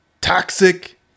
toxic